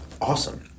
awesome